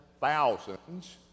thousands